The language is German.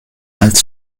als